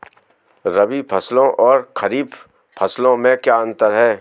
रबी फसलों और खरीफ फसलों में क्या अंतर है?